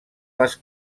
les